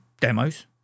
demos